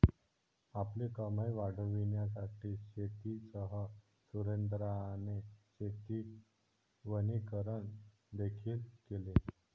आपली कमाई वाढविण्यासाठी शेतीसह सुरेंद्राने शेती वनीकरण देखील केले